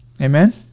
amen